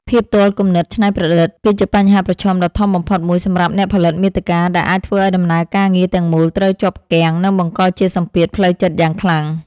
ភាពទាល់គំនិតច្នៃប្រឌិត គឺជាបញ្ហាប្រឈមដ៏ធំបំផុតមួយសម្រាប់អ្នកផលិតមាតិកា ដែលអាចធ្វើឱ្យដំណើរការងារទាំងមូលត្រូវជាប់គាំង និងបង្កជាសម្ពាធផ្លូវចិត្តយ៉ាងខ្លាំង។